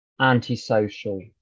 antisocial